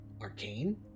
Arcane